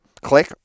Click